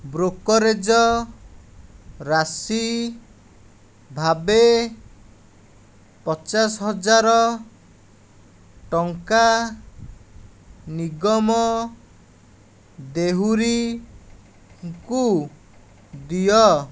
brokerage ରାଶି ଭାବେ ପଚାଶ ହଜାର ଟଙ୍କା ନିଗମ ଦେହୁରୀଙ୍କୁ ଦିଅ